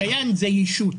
"כייאן" ישות.